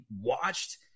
watched